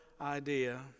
idea